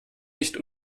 nicht